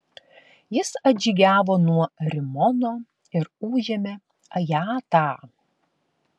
jis atžygiavo nuo rimono ir užėmė ajatą